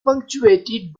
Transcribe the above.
punctuated